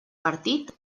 partit